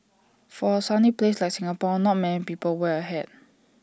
for A sunny place like Singapore not many people wear A hat